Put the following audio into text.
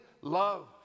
love